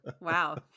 Wow